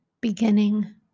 beginning